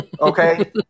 Okay